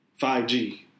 5G